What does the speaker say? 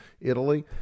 Italy